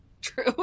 True